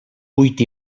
buit